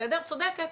צודקת.